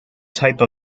type